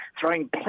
throwing